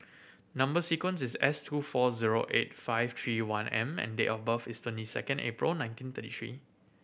number sequence is S two four zero eight five three one M and date of birth is twenty second April nineteen thirty three